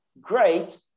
great